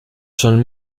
schon